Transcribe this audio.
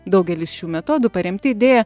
daugelis šių metodų paremti idėja